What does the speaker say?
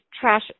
trash